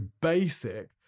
basic